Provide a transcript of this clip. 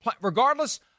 Regardless